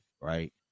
right